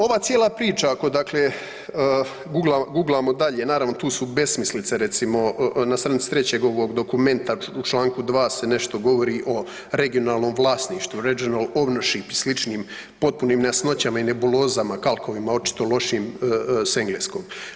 Ova cijela priča oko dakle, guglamo dalje, naravno, tu su besmislice recimo, na stranici 3. ovog dokumenta u čl. 2 se nešto govori o regionalnom vlasništvu, Regional ownership, sličnim, potpunim nejasnoćama i nebulozama, kalkovima, očito lošim s engleskog.